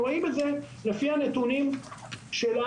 שמשרד הבריאות יעשה את הנתונים הסטטיסטיים.